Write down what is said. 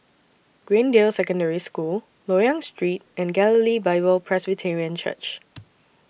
Greendale Secondary School Loyang Street and Galilee Bible Presbyterian Church